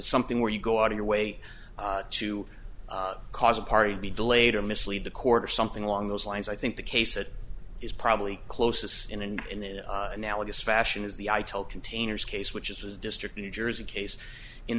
something where you go out of your way to cause a party to be delayed or mislead the court or something along those lines i think the case that is probably closest in and in analogous fashion is the i tell containers case which is as district in new jersey case in